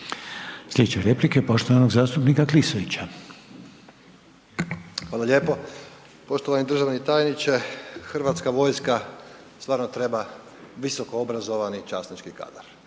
Slijedeća replika je poštovanog zastupnika Klisovića. **Klisović, Joško (SDP)** Hvala lijepo. Poštovani državni tajniče, hrvatska vojska stvarno treba visokoobrazovani i časnički kadar